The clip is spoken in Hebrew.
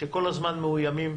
שכל הזמן מאוימים,